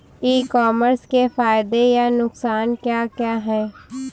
ई commerce के फायदे या नुकसान क्या क्या हैं?